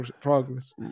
progress